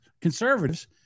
conservatives